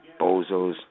Bozos